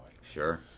Sure